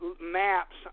maps